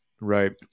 Right